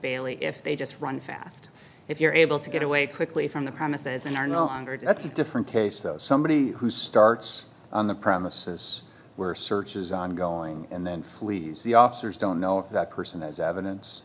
bailey if they just run fast if you're able to get away quickly from the premises and are no longer that's a different case so somebody who starts on the premises were search is ongoing and then flees the officers don't know if that person has evidence